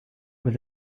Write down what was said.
with